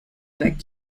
back